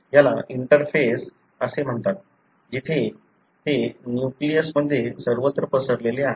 याला इंटरफेस असे म्हणतात जिथे ते न्यूक्लियस मध्ये सर्वत्र पसरलेले आहे